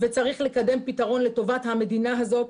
וצריך לקדם פתרון לטובת המדינה הזאת,